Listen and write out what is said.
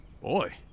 Boy